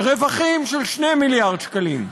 רווחים של 2 מיליארד שקלים.